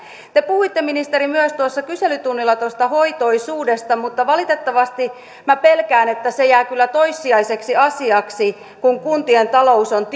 te puhuitte ministeri myös kyselytunnilla tuosta hoitoisuudesta mutta valitettavasti minä pelkään että se jää kyllä toissijaiseksi asiaksi kun kuntien talous on